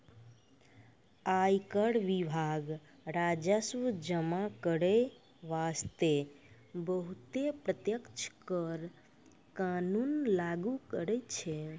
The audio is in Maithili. आयकर विभाग राजस्व जमा करै बासतें बहुते प्रत्यक्ष कर कानून लागु करै छै